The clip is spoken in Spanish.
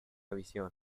visión